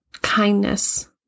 kindness